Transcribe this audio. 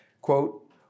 Quote